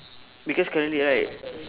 because currently right